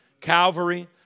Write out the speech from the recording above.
Calvary